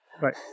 Right